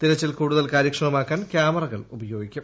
തിരച്ചിൽകൂടുതൽ കാര്യക്ഷമമാക്കാൻ ക്യാമറകൾ ഉപയോഗിക്കും